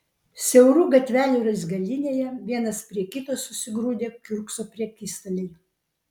siaurų gatvelių raizgalynėje vienas prie kito susigrūdę kiurkso prekystaliai